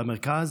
במרכז